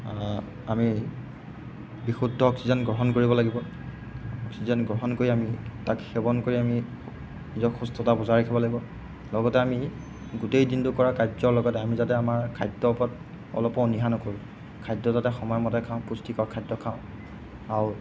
আমি বিশুদ্ধ অক্সিজেন গ্ৰহণ কৰিব লাগিব অক্সিজেন গ্ৰহণ কৰি আমি তাক সেৱন কৰি আমি নিজক সুস্থতা বজাই ৰাখিব লাগিব লগতে আমি গোটেই দিনটো কৰা কাৰ্যৰ লগতে আমি যাতে আমাৰ খাদ্যৰ ওপৰত অলপো অনীহা নকৰোঁ খাদ্য যাতে সময়মতে খাওঁ পুষ্টিকৰ খাদ্য খাওঁ আৰু